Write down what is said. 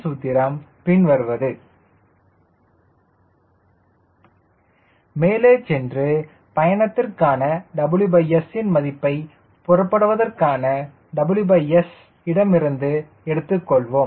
சூத்திரம் பின்வருவது Vstall2 WS CLmax மேல சென்று பயணத்திற்கான WS ன் மதிப்பை புறப்படுவதற்கான WS இடமிருந்து எடுத்துக் கொள்வோம்